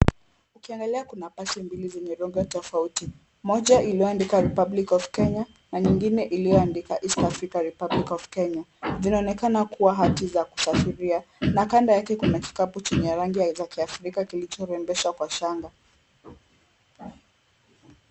Ukiangalia kuna pasi mbili zenya logo tofauti. Moja iliyoandikwa Republiv of Kenya na nyingine iliyoandikwa East Africa Republic of Kenya . Zinaonekana kuwa hati za kusafiria na kando yake kuna kikapu cha rangi ya kiafrika kilichorembeshwa kwa shanga.